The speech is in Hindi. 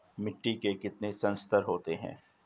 मिट्टी के कितने संस्तर होते हैं?